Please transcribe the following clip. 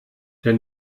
der